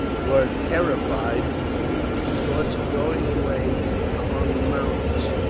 were terrified at the thoughts of going away among the mountains,